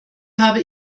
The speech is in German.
habe